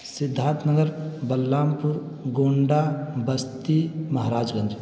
Siddharth Nagar Balrampur Gonda Basti Maharaj Ganj